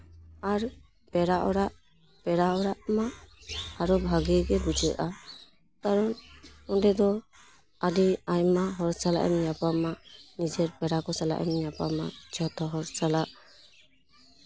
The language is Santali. ᱟᱨ ᱯᱮᱲᱟ ᱚᱲᱟᱜ ᱯᱮᱲᱟ ᱚᱲᱟᱜ ᱢᱟ ᱟᱨ ᱵᱷᱟᱹᱜᱤ ᱜᱮ ᱵᱩᱡᱷᱟᱹᱜᱼᱟ ᱠᱟᱨᱚᱱ ᱚᱸᱰᱮ ᱫᱚ ᱟᱹᱰᱤ ᱟᱭᱢᱟ ᱦᱚᱲ ᱥᱟᱞᱟᱜ ᱮᱢ ᱧᱟᱯᱟᱢᱟ ᱱᱤᱡᱮᱨ ᱯᱮᱲᱟ ᱠᱚ ᱥᱟᱞᱟᱜ ᱮᱢ ᱧᱟᱯᱟᱢᱟ ᱡᱷᱚᱛᱚᱦᱚᱲ ᱥᱟᱞᱟᱜ